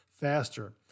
faster